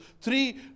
three